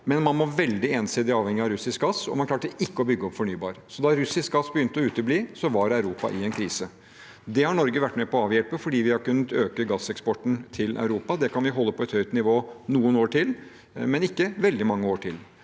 men man var veldig ensidig avhengig av russisk gass, og man klarte ikke å bygge opp fornybar energi. Da russisk gass begynte å utebli, var Europa i krise. Det har Norge vært med på å avhjelpe fordi vi har kunnet øke gasseksporten til Europa. Det kan vi holde på et høyt nivå noen år til, men ikke veldig mange år til.